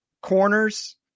corners